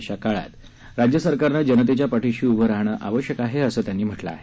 अशा काळात राज्य सरकारने जनतेच्या पाठीशी उभं राहणे आवश्यक आहे असं त्यांनी सांगितलं